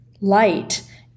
light